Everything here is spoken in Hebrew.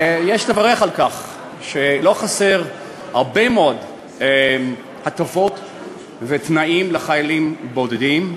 ויש לברך על כך שלא חסרים הרבה מאוד הטבות ותנאים לחיילים בודדים.